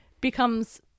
becomes